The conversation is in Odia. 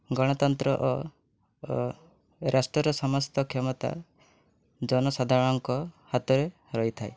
ଗଣତନ୍ତ୍ର ଓ ଓ ରାଷ୍ଟ୍ରର ସମସ୍ତ କ୍ଷମତା ଜନସାଧାରଣଙ୍କ ହାତରେ ରହିଥାଏ